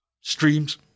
streams